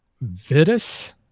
Vitus